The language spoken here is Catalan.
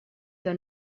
que